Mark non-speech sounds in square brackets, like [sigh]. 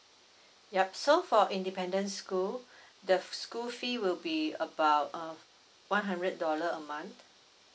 yup so for independent school [breath] the school fee will be about uh one hundred dollar a month